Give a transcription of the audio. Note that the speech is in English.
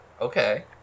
Okay